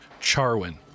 Charwin